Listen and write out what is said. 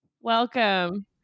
Welcome